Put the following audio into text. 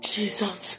Jesus